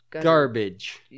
Garbage